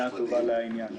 טובה לעניין הזה.